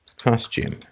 costume